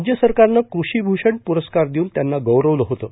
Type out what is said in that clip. राज्य सरकारनं कृषीमूषण पुरस्कार देऊन त्यांना गौरवलं होतं